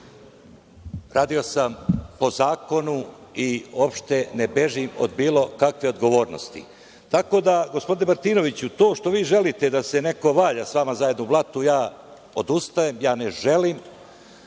radio sam po zakonu i opšte ne bežim od bilo kakve odgovornosti. Gospodine Martinoviću, to što vi želite da se neko valja sa vama zajedno u blatu, ja odustajem, ja ne želim,